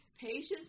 patients